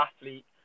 athlete